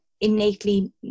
innately